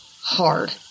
hard